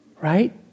right